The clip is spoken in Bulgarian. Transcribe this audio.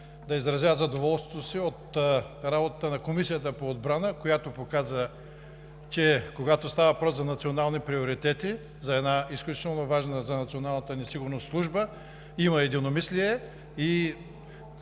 да изразя задоволството си от работата на Комисията по отбрана, която показа, че когато става въпрос за национални приоритети, за една изключително важна за националната ни сигурност служба, има единомислие и